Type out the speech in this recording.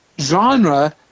genre